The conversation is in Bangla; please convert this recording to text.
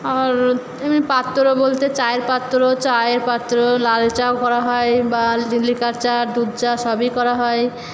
আর এমনি পাত্র বলতে চায়ের পাত্র চায়ের পাত্র লাল চাও করা হয় বা লিকার চা দুধ চা সবই করা হয়